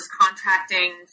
contracting